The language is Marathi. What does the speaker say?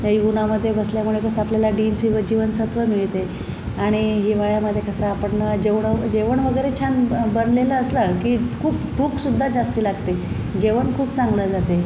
त्याही उन्हामधे बसल्यामुळे कसं आपल्याला डी न् सीव जीवनसत्व मिळते आणि हिवाळ्यामधे कसं आपण जेवढं जेवण वगैरे छान बनलेलं असलं की खूप भूकसुद्धा जास्त लागते जेवण खूप चांगलं जाते